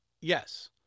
Yes